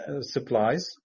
supplies